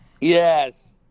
Yes